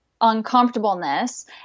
uncomfortableness